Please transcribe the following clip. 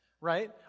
right